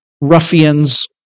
ruffians